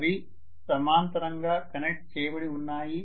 అవి సమాంతరంగా కనెక్ట్ చేయబడి ఉన్నాయి